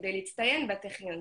כדי להצטיין בטכניון,